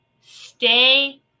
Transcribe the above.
stay